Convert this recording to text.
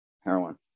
heroin